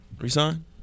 resign